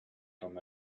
from